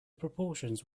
proportions